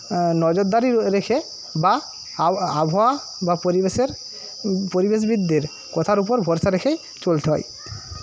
নজরদারি রেখে বা আবহাওয়া বা পরিবেশের পরিবেশবিদদের কথার ওপর ভরসা রেখেই চলতে হয়